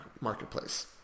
marketplace